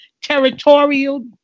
Territorial